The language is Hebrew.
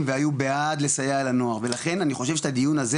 והיו בעד לסייע לנוער ולכן אני חושב שאת הדיון הזה